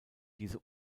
diese